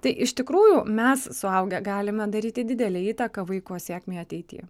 tai iš tikrųjų mes suaugę galime daryti didelę įtaką vaiko sėkmei ateity